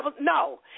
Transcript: No